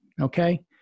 Okay